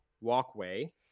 walkway